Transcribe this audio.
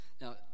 Now